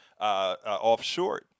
offshore